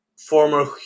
former